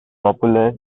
popular